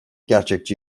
gerçekçi